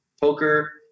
Poker